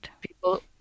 people